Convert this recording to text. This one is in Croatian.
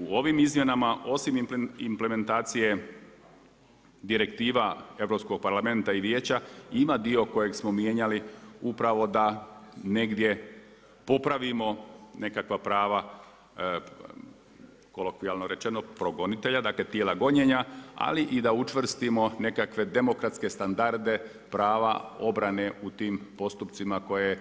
U ovim izmjenama osim implementacije direktiva Europskog parlamenta i Vijeća ima dio kojeg smo mijenjali upravo da negdje popravimo nekakva prava kolokvijalno rečeno progonitelja, dakle tijela gonjenja ali i da učvrstimo nekakve demokratske standarde prava, obrane u tim postupcima koje